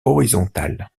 horizontale